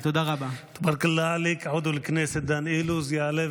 הודו, עיראק